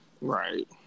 Right